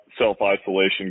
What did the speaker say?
self-isolation